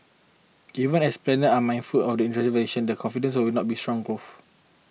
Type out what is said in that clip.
even as planners are mindful of the industry's volatility the confidence will not be strong growth